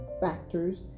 factors